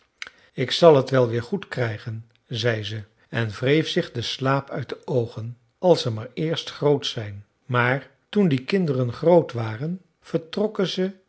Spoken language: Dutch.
ik zal t wel weer goed krijgen zei ze en wreef zich den slaap uit de oogen als ze maar eerst groot zijn maar toen die kinderen groot waren vertrokken ze